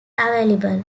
available